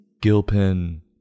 Gilpin